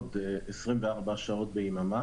יעבוד 24 שעות ביממה